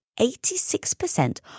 86%